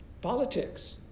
Politics